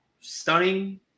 stunning